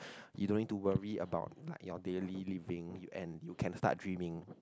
you don't need to worry about like your daily living and you can start dreaming